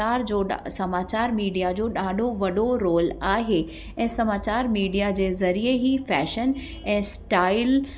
जो ॾ समाचार मीडिया जो ॾाढो वॾो रोल आहे ऐं समाचार मीडिया जे ज़रिए ही फैशन ऐं स्टाइल